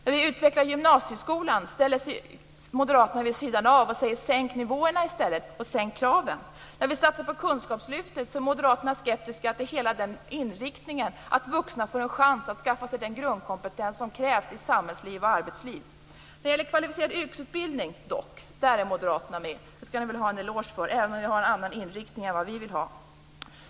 När vi vill utveckla gymnasieskolan ställer sig moderaterna vid sidan om och säger: Sänk nivåerna i stället, och sänk kraven. När vi satsade på kunskapslyftet var moderaterna skeptiska till hela inriktningen att vuxna skulle få en chans att skaffa sig den grundkompetens som krävs i samhällsliv och arbetsliv. När det gäller kvalificerad yrkesutbildning, dock, är moderaterna med. Det skall ni väl ha en eloge för, även om ni vill ha en annan inriktning än vad vi vill ha.